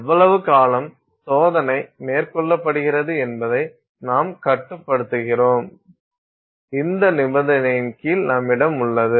எவ்வளவு காலம் சோதனை மேற்கொள்ளப்படுகிறது என்பதை நாம் கட்டுப்படுத்துகிறோம் அந்த நிபந்தனைகளின் கீழ் நம்மிடம் உள்ளது